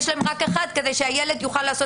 יש להם רק אחת כדי שהילד יוכל לעשות